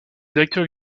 directeur